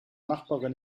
nachbarin